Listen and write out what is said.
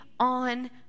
on